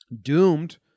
doomed